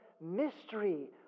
mystery